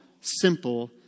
simple